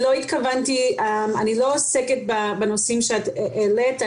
אני לא עוסקת בנושאים שאת העלית.